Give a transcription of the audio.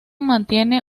mantiene